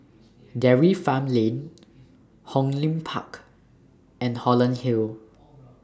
Dairy Farm Lane Hong Lim Park and Holland Hill